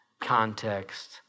context